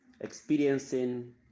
experiencing